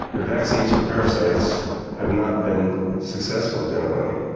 and vaccines for parasites have not been successful generally.